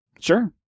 sure